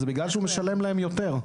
פסיכולוגים: זה בגלל שהוא משלם להם יותר.